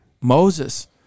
Moses